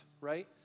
right